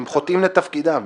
הם חוטאים לתפקידם.